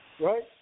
Right